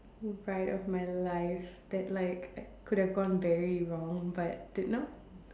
ride of my life that like could have gone very wrong but did not